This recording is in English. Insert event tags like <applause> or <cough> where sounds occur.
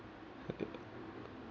<noise>